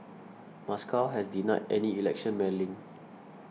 Moscow has denied any election meddling